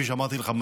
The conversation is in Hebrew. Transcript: כפי שאמרתי לך,